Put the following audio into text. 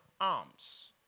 arms